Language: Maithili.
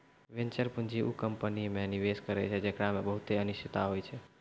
वेंचर पूंजी उ कंपनी मे निवेश करै छै जेकरा मे बहुते अनिश्चिता होय छै